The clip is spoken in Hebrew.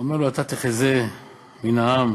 הוא אומר לו: אתה תחזה מכל העם